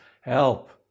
help